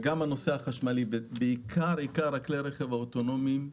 וגם בנושא החשמלי עיקר כלי הרכב האוטונומיים,